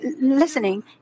listening